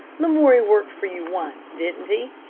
lamoury worked for you once, didn't he?